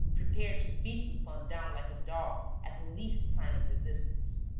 prepared to beat lupin down like a dog at the least sign of resistance.